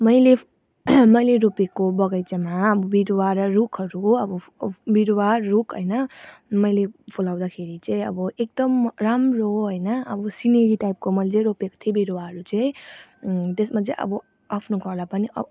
मैले मैले रोपेको बगैँचामा अब बिरुवा र रुखहरू अब बिरुवा रुख होइन मैले फुलाउदाखेरि चाहिँ अब एकदम म राम्रो होइन अब सिनेरी टाइपको मैले रोपेको थिएँ बिरुवाहरू चाहिँ त्यसमा चाहिँ अब आफ्नो घरलाई पनि अ